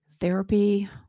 therapy